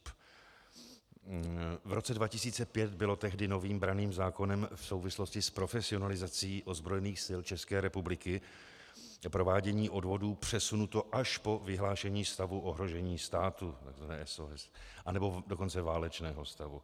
V roce 2005 bylo tehdy novým branným zákonem v souvislosti s profesionalizací ozbrojených sil České republiky provádění odvodů přesunuto až po vyhlášení stavu ohrožení státu, takzvané SOS, nebo dokonce válečného stavu.